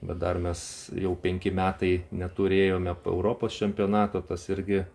bet dar mes jau penki metai neturėjome p europos čempionato tas irgi